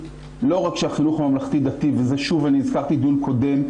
לא רק שהחינוך הממלכתי-הדתי ואת זה הזכרתי בדיון הקודם,